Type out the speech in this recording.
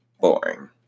boring